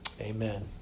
Amen